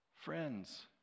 Friends